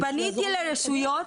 פניתי לרשויות